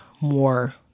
more